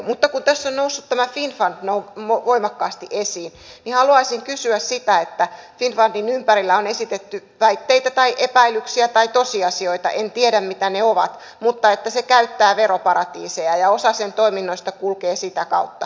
mutta kun tässä on noussut tämä finnfund voimakkaasti esiin niin haluaisin kysyä kun finnfundin ympärillä on esitetty väitteitä tai epäilyksiä tai tosiasioita en tiedä mitä ne ovat että se käyttää veroparatiiseja ja osa sen toiminnoista kulkee sitä kautta